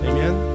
Amen